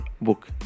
book